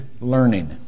learning